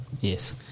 Yes